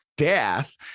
Death